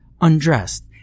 undressed